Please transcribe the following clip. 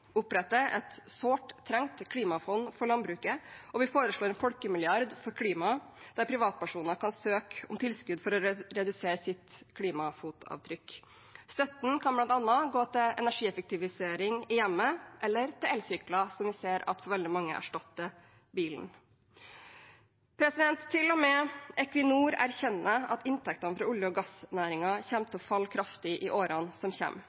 opprette et sårt tiltrengt klimafond for landbruket, og vi foreslår en folkemilliard for klimaet, der privatpersoner kan søke om tilskudd for å redusere sitt klimafotavtrykk. Støtten kan bl.a. gå til energieffektivisering i hjemmet eller til elsykler, som vi for veldig mange ser erstatter bilen. Til og med Equinor erkjenner at inntektene fra olje- og gassnæringen kommer til å falle kraftig i årene som